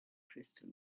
crystal